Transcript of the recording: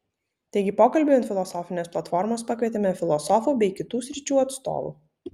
taigi pokalbiui ant filosofinės platformos pakvietėme filosofų bei kitų sričių atstovų